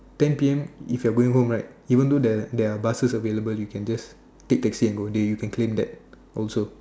ten P_M if you're going home right even though there are there are buses available you can just take taxi and go they you can claim also